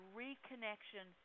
reconnection